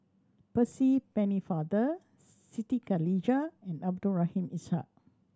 Percy Pennefather Siti Khalijah and Abdul Rahim Ishak